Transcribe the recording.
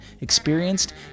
experienced